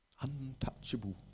untouchable